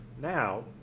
Now